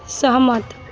सहमत